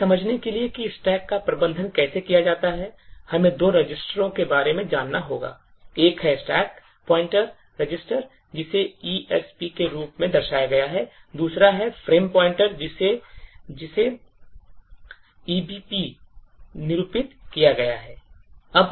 यह समझने के लिए कि stack का प्रबंधन कैसे किया जाता है हमें दो रजिस्टरों के बारे में जानना होगा एक है stack पॉइंटर रजिस्टर जिसे ESP के रूप में दर्शाया गया है और दूसरा है frame pointer रजिस्टर जिसे EBP निरूपित किया गया है